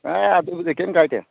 ꯑꯦ ꯑꯗꯨꯕꯨꯗꯤ ꯀꯔꯤꯝ ꯀꯥꯏꯗꯦ